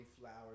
flowers